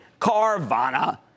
Carvana